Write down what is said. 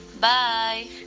Bye